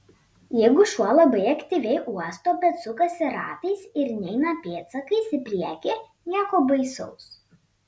jeigu šuo labai aktyviai uosto bet sukasi ratais ir neina pėdsakais į priekį nieko baisaus